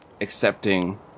accepting